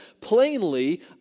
plainly